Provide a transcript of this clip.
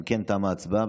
אם כן, תמה ההצבעה.